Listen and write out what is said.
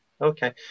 Okay